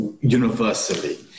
universally